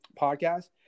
podcast